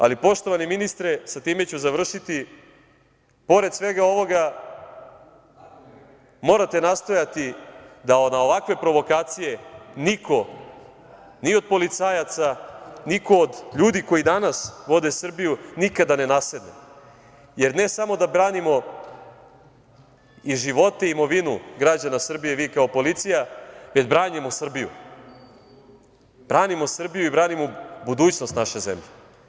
Ali, poštovani ministre, i sa time ću završiti, pored svega ovoga, morate nastojati da na ovakve provokacije niko, ni od policajaca, niko od ljudi koji danas vode Srbiju, nikada ne nasedne, jer ne samo da branimo i živote i imovinu građana Srbije i vi kao policija, već branimo Srbiju i branimo budućnost naše zemlje.